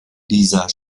dieser